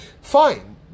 Fine